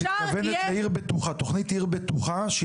את מתכוונת לתוכנית ׳עיר בטוחה׳,